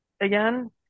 Again